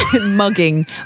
Mugging